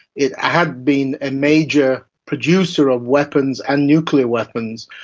it had been a major producer of weapons and nuclear weapons.